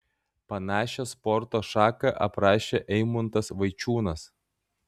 panašią sporto šaką aprašė eimuntas vaičiūnas